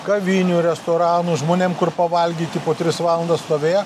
kavinių restoranų žmonėm kur pavalgyti po tris valandas stovėjo